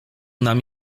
nam